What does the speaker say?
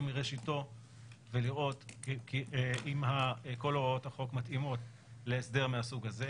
מראשיתו ולראות אם כל הוראות החוק מתאימות להסדר מהסוג הזה.